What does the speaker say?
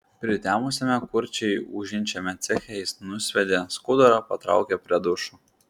pritemusiame kurčiai ūžiančiame ceche jis nusviedė skudurą patraukė prie dušų